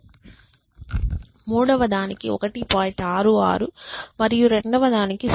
66 మరియు రెండవదానికి 0